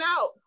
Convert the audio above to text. out